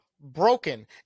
broken